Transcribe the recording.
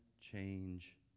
change